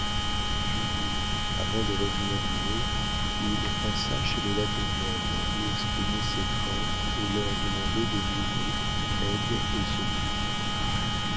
puis avant de revenir dîner il passa chez les latournelle y exprimer ses craintes et leur demander de nouveau aide et secours